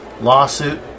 lawsuit